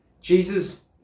jesus